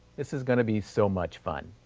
this is going to be so much fun.